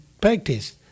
practice